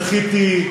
זכיתי,